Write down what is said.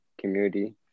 community